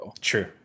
True